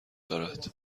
دارد